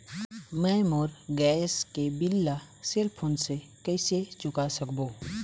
मैं मोर गैस के बिल ला सेल फोन से कइसे चुका सकबो?